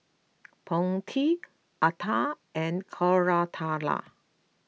Potti Atal and Koratala